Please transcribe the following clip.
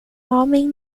homem